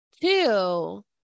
two